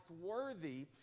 worthy